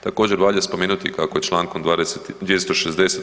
Također valja spomenuti kako je čl. 260.